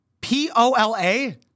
P-O-L-A